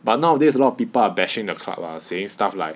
but nowadays a lot of people are bashing the club lah saying stuff like